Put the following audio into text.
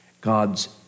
God's